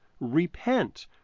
Repent